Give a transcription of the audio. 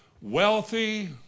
wealthy